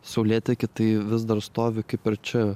saulėteky tai vis dar stovi kaip ir čia